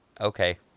okay